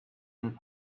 and